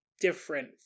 different